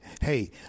Hey